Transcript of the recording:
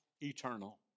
eternal